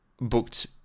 booked